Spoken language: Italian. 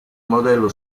modello